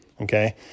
Okay